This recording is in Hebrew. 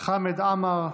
חמד עמאר,